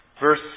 verse